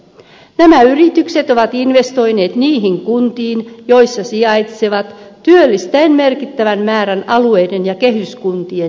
nämä yritykset ovat investoineet niihin kuntiin joissa sijaitsevat työllistäen merkittävän määrän alueiden ja kehyskuntien ihmisiä